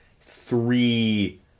three